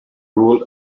ruled